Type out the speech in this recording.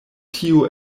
tio